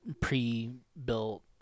pre-built